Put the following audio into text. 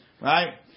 right